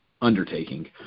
undertaking